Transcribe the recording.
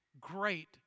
great